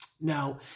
Now